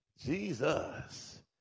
Jesus